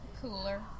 cooler